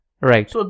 Right